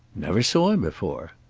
never saw him before.